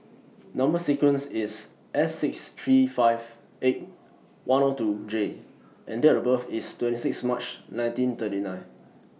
Number sequence IS S six three five eight one O two J and Date of birth IS twenty six March nineteen thirty nine